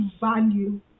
value